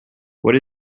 what